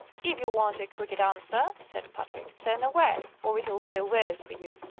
if you want a crooked answer, said patrick turn away, or it'll be the worse for you.